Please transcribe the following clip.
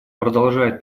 продолжает